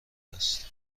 است